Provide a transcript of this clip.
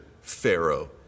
Pharaoh